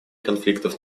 конфликтов